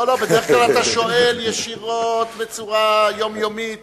בדרך כלל, אתה שואל ישירות ובצורה יומיומית.